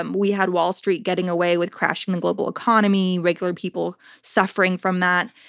um we had wall street getting away with crashing the global economy. regular people suffering from that.